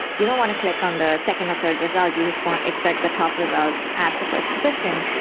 you don't want to click on the second or third result. you just want, expect the top result at the first position.